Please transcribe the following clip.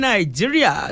Nigeria